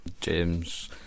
James